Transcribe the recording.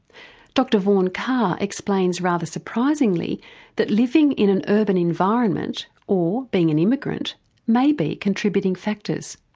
dr vaughan carr explains rather surprisingly that living in an urban environment or being an immigrant may be contributing factors.